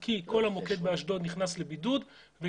נכון,